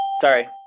Sorry